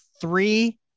Three